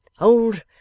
Old